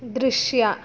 ದೃಶ್ಯ